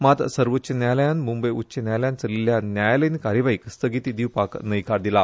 मात सर्वोच्च न्यायालयान मुंबय उच्च न्यायालयांत चलिल्ल्या न्यायालयीन कार्यवाहीक स्थगिती दिवपाक न्हयकार दिला